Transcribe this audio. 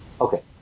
okay